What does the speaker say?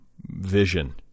vision